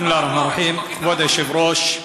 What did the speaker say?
כבוד היושב-ראש,